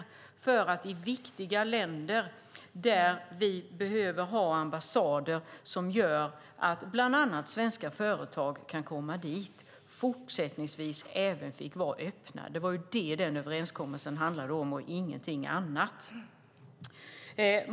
Det handlade om att ambassader även fortsättningsvis skulle få vara öppna i viktiga länder där vi behöver ha ambassader för att bland annat svenska företag ska kunna komma dit. Det var det som den överenskommelsen handlade om, ingenting annat.